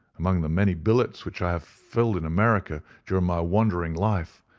among the many billets which i have filled in america during my wandering life,